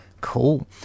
Cool